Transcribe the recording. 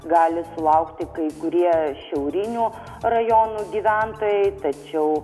gali sulaukti kai kurie šiaurinių rajonų gyventojai tačiau